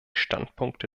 standpunkte